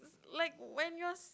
like when you're